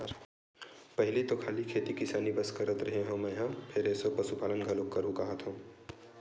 पहिली तो खाली खेती किसानी बस करत रेहे हँव मेंहा फेर एसो पसुपालन घलोक करहूं काहत हंव